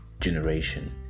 generation